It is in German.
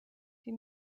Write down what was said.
die